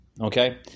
okay